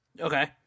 Okay